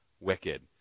wicked